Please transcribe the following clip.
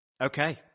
Okay